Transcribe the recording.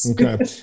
Okay